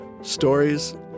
Stories